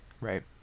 right